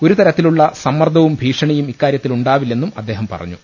ഒരു തരത്തി ലുമുള്ള സമ്മർദ്ദവും ഭീഷണിയും ഇക്കാര്യത്തിൽ ഉണ്ടാവില്ലെന്നും അദ്ദേഹം പറഞ്ഞു